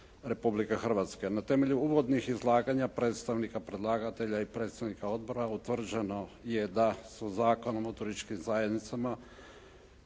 Republike Hrvatske. Na temelju uvodnih izlagatelja predstavnika predlagatelja i predstavnika odbora utvrđeno je da su Zakonom o turističkim zajednicama